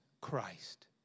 Christ